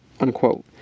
Unquote